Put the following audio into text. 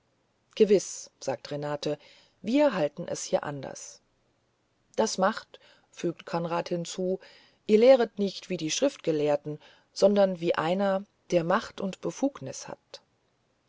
gewiß sagt renata wir halten es hier anders das macht fügt konrad hinzu ihr lehret nicht wie die schriftgelehrten sondern wie einer der macht und befugnis hat